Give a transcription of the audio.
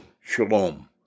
shalom